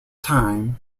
time